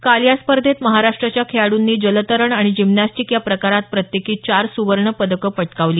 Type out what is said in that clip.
काल या स्पर्धेत महाराष्ट्राच्या खेळाडूंनी जलतरण आणि जिम्नॅस्टिक या प्रकारात प्रत्येकी चार सुवर्ण पदकं पटकावली